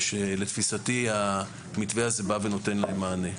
שלתפיסתי המתווה הזה בא ונותן להם מענה.